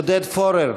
עודד פורר,